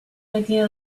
idea